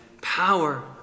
power